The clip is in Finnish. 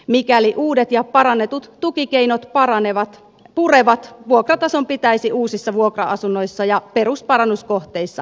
mikäli uudet ja parannetut tukikeinot purevat vuokratason pitäisi uusissa vuokra asunnoissa ja perusparannuskohteissa laskea